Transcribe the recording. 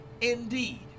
indeed